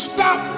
Stop